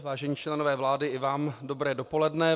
Vážení členové vlády, i vám dobré dopoledne.